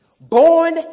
Born